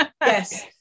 yes